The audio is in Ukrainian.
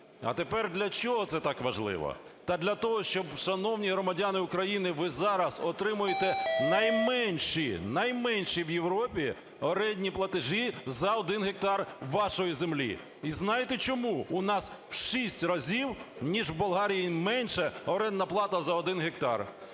А тепер для чого це так важливо. Та для того, щоб, шановні громадяни України, ви зараз отримуєте найменші, найменші в Європі орендні платежі за один гектар вашої землі. І знаєте чому? У нас в 6 разів ніж в Болгарії менша орендна плата за один гектар.